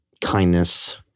kindness